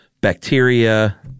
bacteria